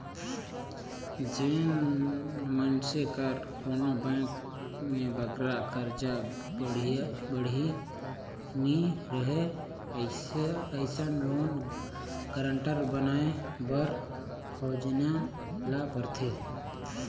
जेन मइनसे कर कोनो बेंक में बगरा करजा बाड़ही नी रहें अइसन लोन गारंटर बनाए बर खोजेन ल परथे